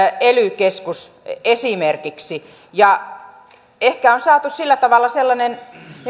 ely keskus esimerkiksi ja ehkä on saatu sillä tavalla sellainen